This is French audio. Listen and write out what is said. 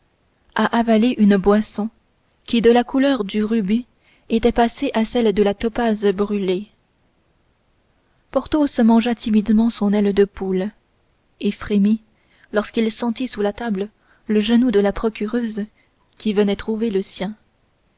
à avaler une boisson qui de la couleur du rubis était passée à celle de la topaze brûlée porthos mangea timidement son aile de poule et frémit lorsqu'il sentit sous la table le genou de la procureuse qui venait trouver le sien